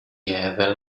هذا